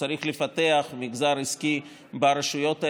וצריך לפתח מגזר עסקי ברשויות האלה.